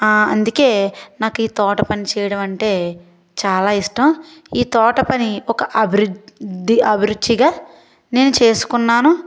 అందుకే నాకు ఈ తోటపని చేయడం అంటే చాలా ఇష్టం ఈ తోటపని ఒక అభివృద్ధి అభిరుచిగా నేను చేసుకున్నాను